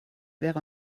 wäre